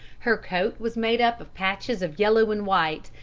her coat was made up of patches of yellow and white,